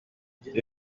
iyo